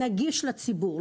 נגיש לציבור,